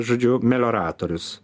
žodžiu melioratorius